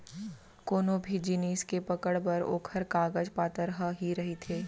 कोनो भी जिनिस के पकड़ बर ओखर कागज पातर ह ही रहिथे